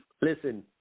Listen